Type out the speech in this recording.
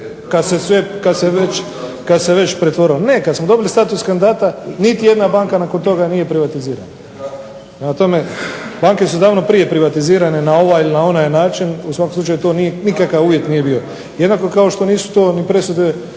se ne razumije. /… Ne, kad smo dobili status kandidata niti jedna banka nakon toga nije privatizirana. Prema tome, banke su davno prije privatizirane na ovaj ili na onaj način. U svakom slučaju to nikakav uvjet nije bio. Jednako kao što nisu to ni presude